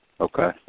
Okay